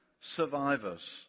survivors